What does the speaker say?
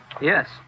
Yes